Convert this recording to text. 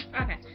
Okay